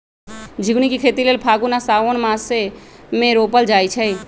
झिगुनी के खेती लेल फागुन आ साओंन मासमे रोपल जाइ छै